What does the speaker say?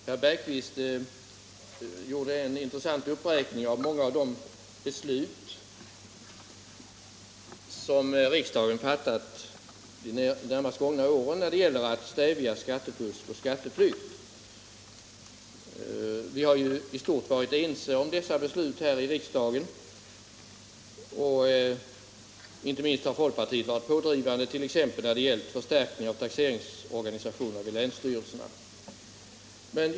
Herr talman! Herr Bergqvist gjorde en intressant uppräkning av några av de beslut som riksdagen fattat under de senaste åren i syfte att stävja skattefusk och skatteflykt. Han nämnde också några beslut, som kommer att fattas, såsom en generalklausul. Vi har ju här i riksdagen i stort varit ense om dessa beslut. Inte minst har folkpartiet varit pådrivande, t.ex. när det gällt förstärkning av taxeringsorganisationen vid länsstyrelserna.